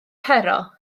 pero